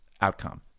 outcome